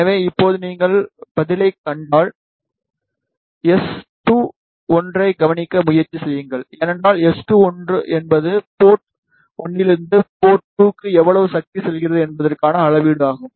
எனவே இப்போது நீங்கள் பதிலைக் கண்டால் S21 ஐக் கவனிக்க முயற்சி செய்யுங்கள் ஏனென்றால் S21 என்பது போர்ட் 1 இலிருந்து போர்ட் 2 க்கு எவ்வளவு சக்தி செல்கிறது என்பதற்கான அளவீடு ஆகும்